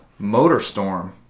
Motorstorm